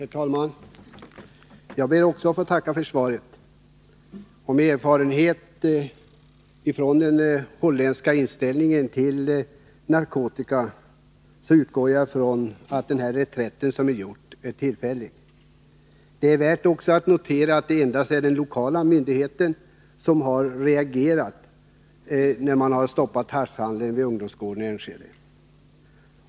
Herr talman! Också jag ber att få tacka statsrådet för svaret. Med erfarenhet av den holländska inställningen till narkotika utgår jag från att den gjorda reträtten är tillfällig. Det är vidare värt att notera att det endast är den lokala myndigheten som har reagerat när man stoppat haschhandeln vid ungdomsgården i Enschede.